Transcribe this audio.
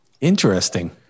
Interesting